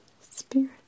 Spirit